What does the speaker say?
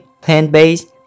plant-based